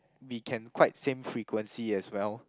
we can quite same frequency as well